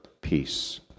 peace